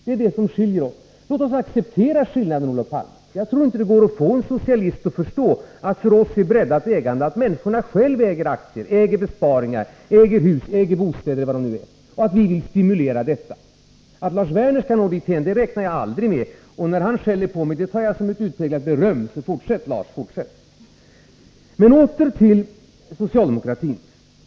Det är det som skiljer oss. Låt oss acceptera skillnaden, Olof Palme! Jag tror inte att det går att få en socialist att förstå, att för oss är breddat ägande att människorna själva äger aktier, äger besparingar, äger hus och bostäder m.m., och vi vill stimulera detta. Att Lars Werner skall nå dithän räknar jag inte med. När han skäller på mig tar jag det som ett utpräglat beröm, så fortsätt med det, Lars Werner! Åter till socialdemokratin.